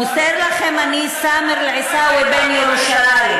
מוסר לכם אני, סאמר עיסאווי אל-עיסאווי,